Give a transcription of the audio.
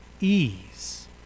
ease